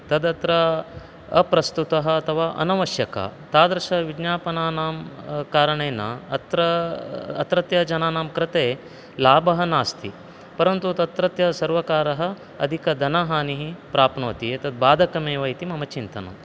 तदत्र अप्रस्तुतः अथवा अनावश्यकः तादृशविज्ञापनानां कारणेन अत्र अत्रत्यजनानां कृते लाभः नास्ति परन्तु तत्रत्य सर्वकारः अधिकधनहानिः प्राप्नोति एतद् बाधकमेव इति मम चिन्तनम्